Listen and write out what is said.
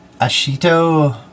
Ashito